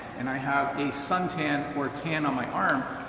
and i have a suntan or tan on my arm,